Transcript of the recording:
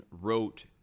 wrote